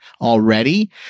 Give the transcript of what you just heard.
already